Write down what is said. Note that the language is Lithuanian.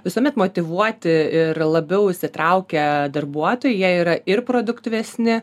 visuomet motyvuoti ir labiau įsitraukę darbuotojai jie yra ir produktyvesni